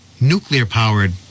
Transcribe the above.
nuclear-powered